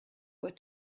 what